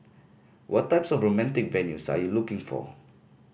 what types of romantic venues are you looking for